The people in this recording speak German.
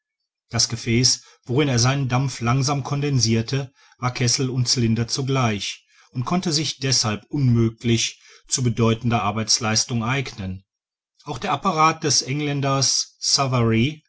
das gefäß worin er seinen dampf langsam condensirte war kessel und cylinder zugleich und konnte sich deßhalb unmöglich zu bedeutender arbeitsleistung eignen auch der apparat des engländers